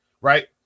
right